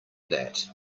that